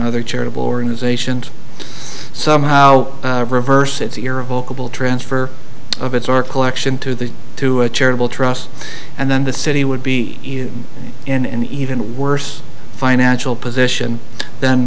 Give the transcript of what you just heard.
other charitable organizations somehow reverse its irrevocably transfer of its our collection to the to a charitable trust and then the city would be in an even worse financial position then